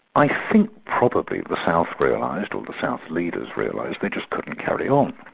i think probably the south realised, or the south leaders realised they just couldn't carry on.